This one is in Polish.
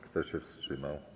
Kto się wstrzymał?